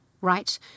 right